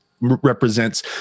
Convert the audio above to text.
represents